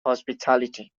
hospitality